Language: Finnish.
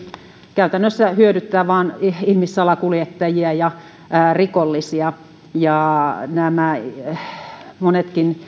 käytännössä hyödyttää vain ihmissalakuljettajia ja rikollisia ja monetkin